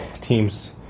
Teams